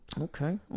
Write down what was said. Okay